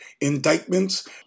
indictments